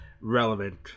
relevant